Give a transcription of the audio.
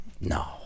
No